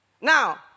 now